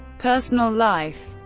personal life